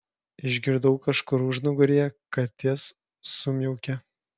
išgirdau kažkur užnugaryje katės sumiaukė